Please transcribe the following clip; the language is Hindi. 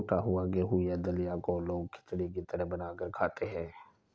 टुटा हुआ गेहूं या दलिया को लोग खिचड़ी की तरह बनाकर खाते है